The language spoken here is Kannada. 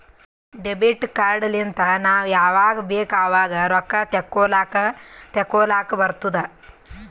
ಡೆಬಿಟ್ ಕಾರ್ಡ್ ಲಿಂತ್ ನಾವ್ ಯಾವಾಗ್ ಬೇಕ್ ಆವಾಗ್ ರೊಕ್ಕಾ ತೆಕ್ಕೋಲಾಕ್ ತೇಕೊಲಾಕ್ ಬರ್ತುದ್